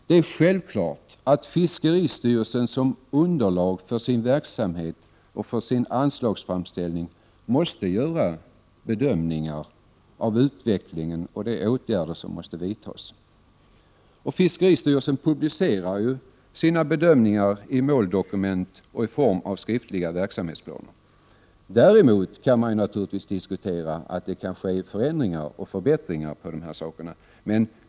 Det är självklart att fiskeristyrelsen som underlag för sin verksamhet och för sin anslagsframställning måste göra bedömningar av utvecklingen och av de åtgärder som måste vidtas. Fiskeristyrelsen publicerar sina bedömningar i måldokument och i form av skriftliga verksamhetsplaner. Däremot kan man naturligtvis diskutera om det skall ske förändringar och förbättringar på dessa områden.